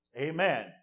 amen